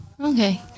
Okay